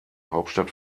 hauptstadt